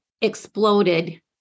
exploded